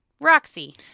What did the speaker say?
Roxy